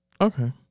Okay